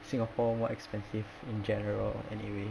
singapore more expensive in general anyway